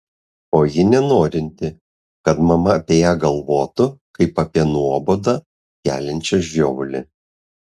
o ji nenorinti kad mama apie ją galvotų kaip apie nuobodą keliančią žiovulį